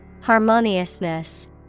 Harmoniousness